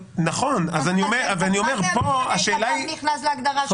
אז איך אתה נכנס להגדרה של מחלים?